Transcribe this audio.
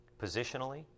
positionally